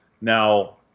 Now